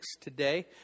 today